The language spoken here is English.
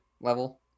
level